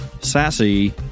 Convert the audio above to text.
sassy